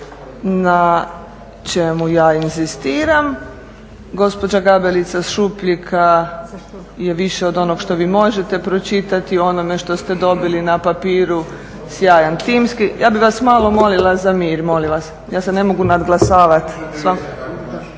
na čemu ja inzistiram. Gospođa Gabelica Šupljika je više od onoga što vi možete pročitati u onome što ste dobili na papiru, sjajan timski, ja bi vas malo molila za mir, molim vas, ja se ne mogu nadglasavati sa vama,